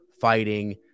fighting